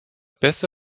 beste